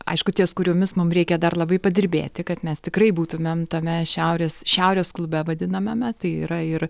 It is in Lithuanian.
aišku ties kuriomis mum reikia dar labai padirbėti kad mes tikrai būtumėm tame šiaurės šiaurės klube vadinamame tai yra ir